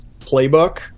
playbook